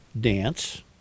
dance